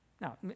Now